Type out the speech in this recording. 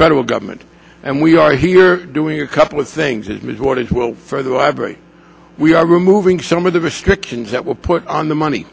federal government and we are here doing a couple of things is what it will for the library we are removing some of the restrictions that were put on the money